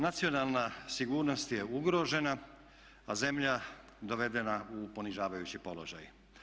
Nacionalna sigurnost je ugrožena a zemlja dovedena u ponižavajući položaj.